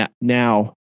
now